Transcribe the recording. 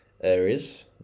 areas